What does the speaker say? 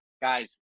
guys